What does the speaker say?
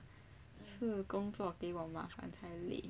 我没有工作比我麻烦还累 so I know